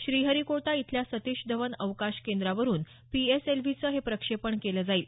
श्रीहरीकोटा इथल्या सतीश धवन अवकाश केंद्रावरुन पीएसएलव्हीचं हे प्रक्षेपण केलं जाईल